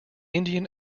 indian